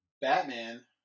Batman